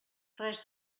res